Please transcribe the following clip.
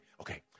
okay